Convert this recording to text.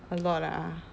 a lot ah